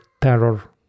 terror